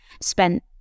spent